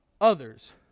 others